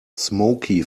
smoky